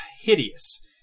hideous